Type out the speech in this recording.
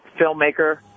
filmmaker